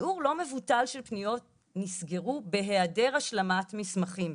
שיעור לא מבטול של פניות נסגרו בהיעדר השלמת מסמכים.